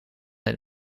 het